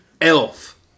Elf